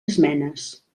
esmenes